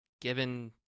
given